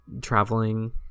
traveling